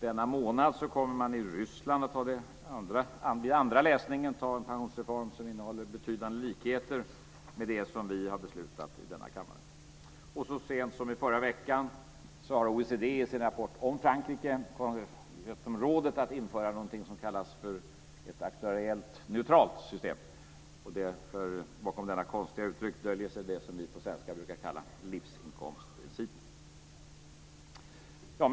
Denna månad kommer man i Ryssland att vid en andra läsning ta en pensionsreform som innehåller betydande likheter med det som vi har beslutat i denna kammare. Så sent som i förra veckan har OECD i sin rapport om Frankrike gett dem rådet att införa någonting som kallas ett aktuellt neutralt system. Bakom detta konstiga uttryck döljer sig det som vi på svenska brukar kalla livsinkomstprincip.